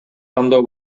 тандоо